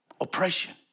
oppression